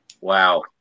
Wow